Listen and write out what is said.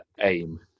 aim